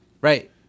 Right